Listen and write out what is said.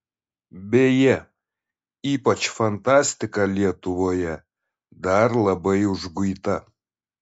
beje ypač fantastika lietuvoje dar labai užguita